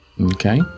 Okay